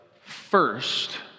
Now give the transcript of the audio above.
first